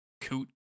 coot